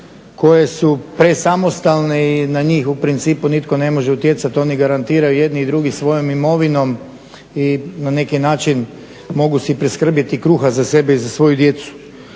koje su presamostalne i na njih u principu nitko ne može utjecati, oni garantiraju i jedni i drugi svojom imovinom i na neki način mogu si priskrbiti kruha za sebe i za svoju djecu.